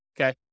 okay